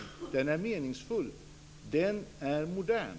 Den är meningsfull. Den är modern.